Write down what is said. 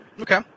Okay